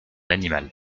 animal